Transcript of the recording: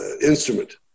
instrument